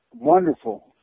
wonderful